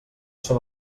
són